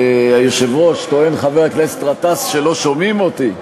היושב-ראש, טוען חבר הכנסת גטאס שלא שומעים אותי.